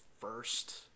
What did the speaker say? first